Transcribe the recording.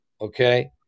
okay